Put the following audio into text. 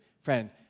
Friend